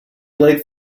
late